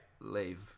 leave